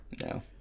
No